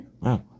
Wow